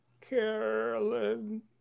Carolyn